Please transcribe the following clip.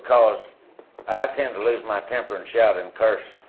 because i tend to lose my temper and shout and curse.